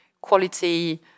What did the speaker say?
quality